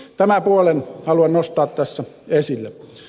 tämän puolen haluan nostaa tässä esille